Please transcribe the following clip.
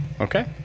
Okay